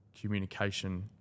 communication